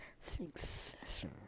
successor